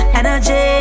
energy